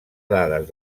dades